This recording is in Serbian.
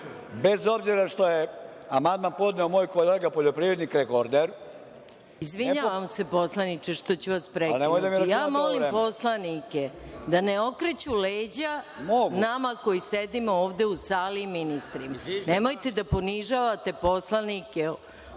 bez obzira što je amandman podneo moj kolega poljoprivrednik, rekorder … **Maja Gojković** Izvinjavam se poslaniče što ću vas prekinuti, molim poslanike da ne okreću leđa nama koji sedimo ovde u sali i ministrima. Nemojte da ponižavate poslanike